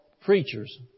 preachers